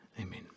Amen